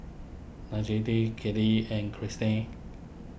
Kennedi and Cristian